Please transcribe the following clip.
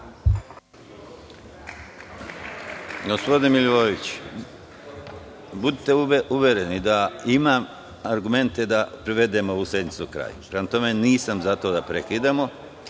Gospodine Milivojeviću, budite uvereni da imam argumente da privedem ovu sednicu kraju. Prema tome, nisam za to da prekidamo.